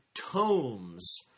tomes